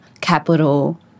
capital